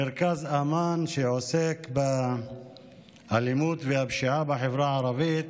מרכז אמאן, שעוסק באלימות והפשיעה בחברה הערבית,